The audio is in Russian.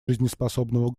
жизнеспособного